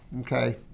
Okay